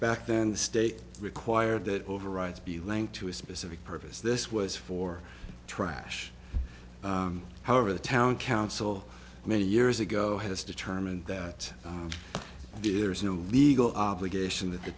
back then the state require that overrides be linked to a specific purpose this was for triage however the town council many years ago has determined that there is no legal obligation that the